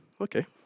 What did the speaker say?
okay